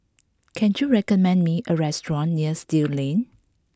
can you recommend me a restaurant near Still Lane